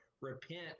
repent